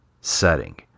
setting